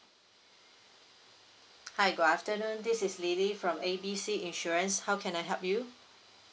hi good afternoon this is lily from A B C insurance how can I help you